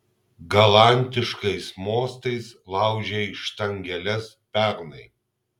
galantiškais mostais laužei štangeles pernai